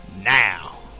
Now